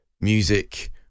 music